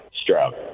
Stroud